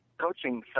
coaching